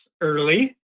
early